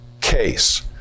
case